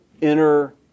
inner